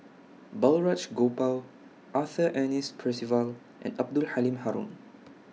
Balraj Gopal Arthur Ernest Percival and Abdul Halim Haron